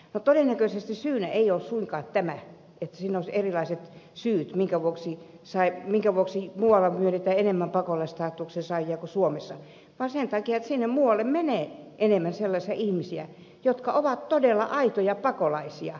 no todennäköisesti syynä ei ole suinkaan tämä että siinä olisi erilaiset syyt minkä vuoksi muualla myönnetään enemmän pakolaisstatuksia kuin suomessa vaan se että sinne muualle menee enemmän sellaisia ihmisiä jotka ovat todella aitoja pakolaisia niin kuin saksaan